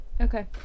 okay